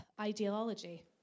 ideology